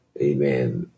Amen